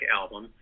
album